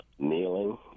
kneeling